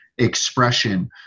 expression